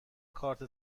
کارت